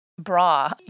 bra